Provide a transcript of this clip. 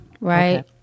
Right